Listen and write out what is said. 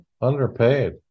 underpaid